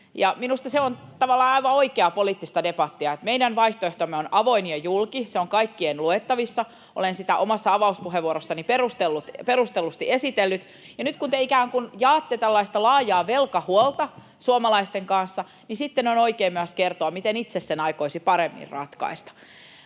Minusta se on tavallaan aivan oikeaa poliittista debattia. Meidän vaihtoehtomme on avoin ja julki. Se on kaikkien luettavissa. Olen sitä omassa avauspuheenvuorossani perustellusti esitellyt, [Sanni Grahn-Laasosen välihuuto] ja nyt kun te ikään kuin jaatte tällaista laajaa velkahuolta suomalaisten kanssa, niin sitten on oikein myös kertoa, miten itse sen aikoisitte paremmin ratkaista.